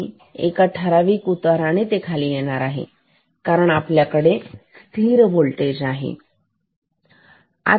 आणि हे एका ठराविक उताराने खाली येणार आहे कारण आपले स्थिर होल्टेज आहे ठीक